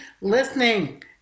listening